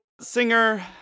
Singer